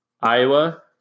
Iowa